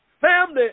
family